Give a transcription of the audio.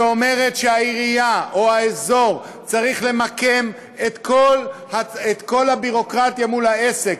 שאומרת שהעירייה או האזור צריכים למקם את כל הביורוקרטיה מול העסק,